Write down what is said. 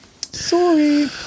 Sorry